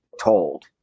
told